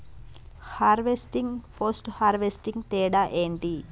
Harvesting, post harvesting తేడా ఏంటి?